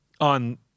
On